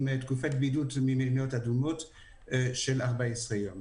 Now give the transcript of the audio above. תקופת בידוד במדינות אדומות של 14 יום.